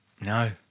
No